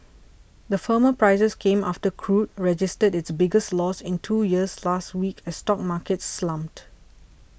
the firmer prices came after crude registered its biggest loss in two years last week as stock markets slumped